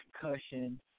Concussion